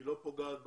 היא לא פוגעת בנמל,